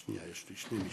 שני משפטים,